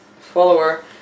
follower